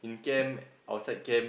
in camp outside camp